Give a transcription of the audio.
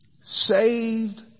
saved